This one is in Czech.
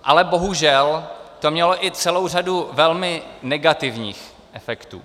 Ale bohužel to mělo i celou řadu velmi negativních efektů.